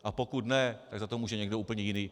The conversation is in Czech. A pokud ne, tak za to může někdo úplně jiný.